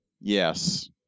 Yes